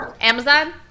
Amazon